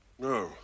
No